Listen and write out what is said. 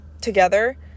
together